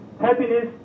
happiness